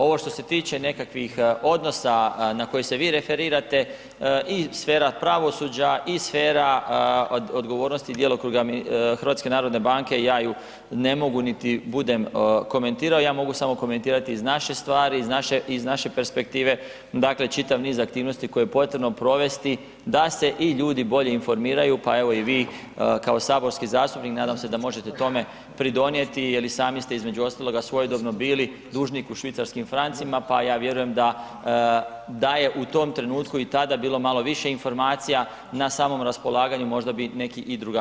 Ovo što se tiče nekakvih odnosa na koje se vi referirati i sfera pravosuđa i sfera odgovornosti djelokruga HNB-a ja ju ne mogu niti budem komentirao, ja mogu samo komentirati iz naše perspektive, dakle čitav niz aktivnosti koje je potrebno provesti da se i ljudi bolje informiraju pa evo i kao saborski zastupnik nadam se da možete tome pridonijeti jel i sami ste između ostaloga svojedobno bili dužnik u švicarskim francima pa ja vjerujem da je u tom trenutku i tada bilo malo više informacija na samom raspolaganju, možda bi i neki drugačije donijeli osobne odluke.